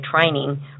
training